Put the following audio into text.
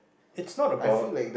it's not about